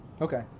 Okay